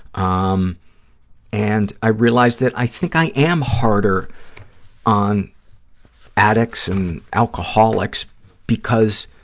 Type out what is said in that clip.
um and i realized that i think i am harder on addicts and alcoholics because